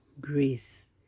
grace